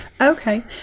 Okay